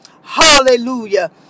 hallelujah